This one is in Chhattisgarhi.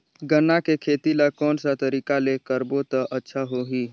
गन्ना के खेती ला कोन सा तरीका ले करबो त अच्छा होही?